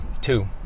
two